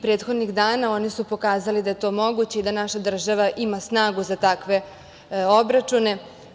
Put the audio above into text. Prethodnih dana oni su pokazali da je to moguće i da naša država ima snagu za takve obračune.